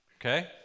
Okay